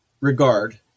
regard